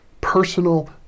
personal